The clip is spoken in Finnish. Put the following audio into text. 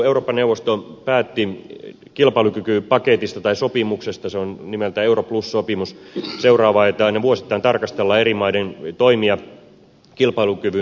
eurooppa neuvosto päätti kilpailukykysopimuksesta se on nimeltään euro plus sopimus että aina vuosittain tarkastellaan eri maiden toimia kilpailukyvyn edistämiseksi